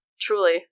Truly